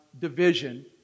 division